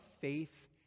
faith